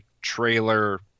trailer